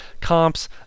comps